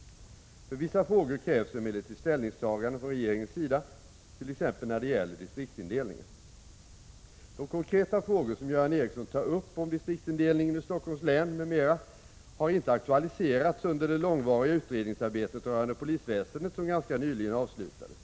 För vissa frågor krävs emellertid ställningstaganden från regeringens sida, t.ex. när det gäller distriktsindelningen. De konkreta frågor som Göran Ericsson tar upp om distriktsindelningen i Stockholms län m.m. har inte aktualiserats under det långvariga utredningsarbetet rörande polisväsendet som ganska nyligen avslutades.